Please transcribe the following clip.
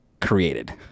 created